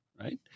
right